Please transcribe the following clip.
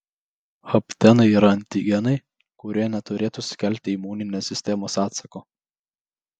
haptenai yra antigenai kurie neturėtų sukelti imuninės sistemos atsako